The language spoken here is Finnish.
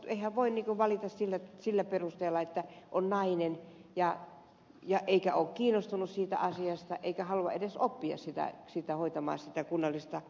eihän voi valita sillä perusteella että on nainen eikä ole kiinnostunut siitä asiasta eikä halua edes oppia hoitamaan sitä kunnallista luottamustehtävää